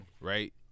right